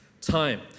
time